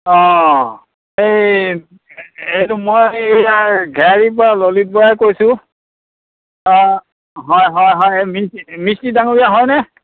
অঁ এই এইটো মই এইয়া গেৰাৰীৰ পৰা ললিত বৰাই কৈছোঁ অঁ হয় হয় হয় এই মি মিস্ত্ৰী ডাঙৰীয়া হয়নে